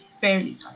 barely